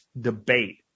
debate